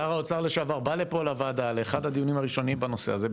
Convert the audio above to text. שר האוצר לשעבר בא לפה לוועדה לאחד הדיונים הראשונים בנושא הזה,